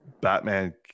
Batman